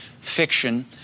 fiction